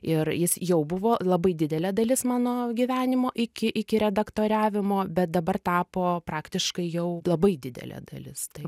ir jis jau buvo labai didelė dalis mano gyvenimo iki iki redaktoriavimo bet dabar tapo praktiškai jau labai didelė dalis tai